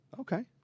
Okay